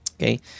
Okay